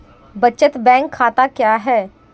बचत बैंक खाता क्या है?